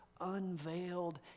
unveiled